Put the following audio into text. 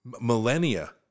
millennia